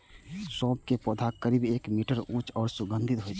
सौंफ के पौधा करीब एक मीटर ऊंच आ सुगंधित होइ छै